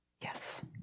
Yes